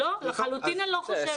לחלוטין אני לא חושבת.